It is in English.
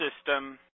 system